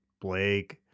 Blake